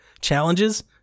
challenges